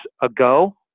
ago